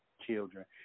children